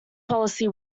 policy